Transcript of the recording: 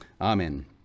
Amen